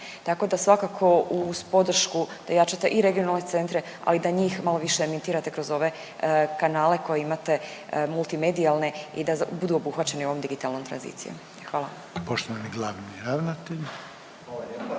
tako da svakako uz podršku da jačate i regionalne centre, ali da njih malo više emitirate kroz ove kanale koje imate multimedijalne i da budu obuhvaćeni ovom digitalnom tranzicijom. **Reiner, Željko (HDZ)** Poštovani glavni ravnatelj.